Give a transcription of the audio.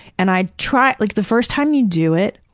and i tried. like the first time you do it,